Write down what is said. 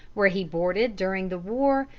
where he boarded during the war,